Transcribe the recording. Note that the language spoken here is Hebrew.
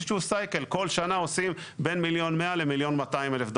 כל שנה עושים בין מיליון ו-100 אלף למיליון ו-200 אלף דרכונים.